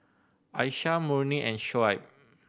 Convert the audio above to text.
Aisyah Murni and Shoaib